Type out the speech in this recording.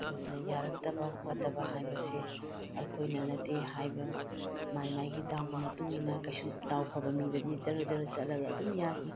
ꯑꯗꯨꯗꯨꯅ ꯌꯥꯔꯛꯇꯕ ꯈꯣꯠꯇꯕ ꯍꯥꯏꯕꯁꯦ ꯑꯩꯈꯣꯏꯅ ꯅꯠꯇꯦ ꯍꯥꯏꯕ ꯃꯥꯏ ꯃꯥꯏꯒꯤ ꯗꯥꯎꯒꯤ ꯃꯇꯨꯡ ꯏꯟꯅ ꯀꯩꯁꯨ ꯗꯥꯎ ꯐꯕ ꯃꯤꯗꯗꯤ ꯖꯔ ꯖꯔ ꯆꯠꯂꯒ ꯑꯗꯨꯝ ꯌꯥꯈꯤ